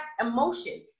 emotion